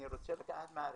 אני רוצה לקחת מהארץ.